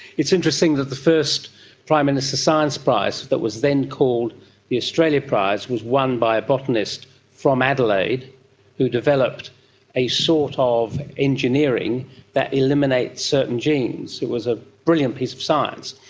it's interesting that the first prime minister's science prize that was then called the australia prize was won by a botanist from adelaide who developed a sort ah of engineering that eliminates certain genes. it was a brilliant piece of science.